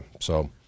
So-